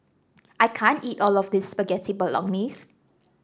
I can't eat all of this Spaghetti Bolognese